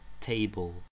table